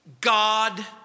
God